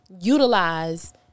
utilize